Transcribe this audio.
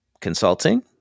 consulting